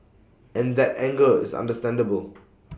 and that anger is understandable